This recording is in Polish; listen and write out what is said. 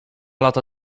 lata